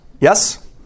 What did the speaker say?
Yes